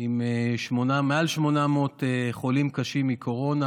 עם מעל 800 חולים קשים מקורונה.